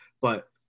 But-